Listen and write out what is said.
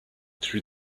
through